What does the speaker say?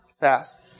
fast